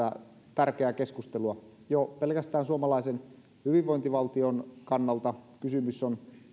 tärkeää keskustelua jo pelkästään suomalaisen hyvinvointivaltion kannalta kysymys on